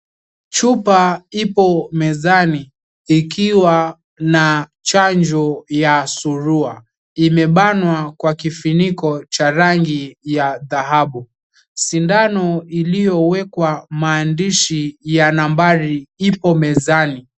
Chupa ipo mezani ikiwa na chanjo ya surua, imebanwa kwa kifiniko cha rangi ya dhahabu. Shindano iliyowekwa maandishi ya nambari ipo mezani.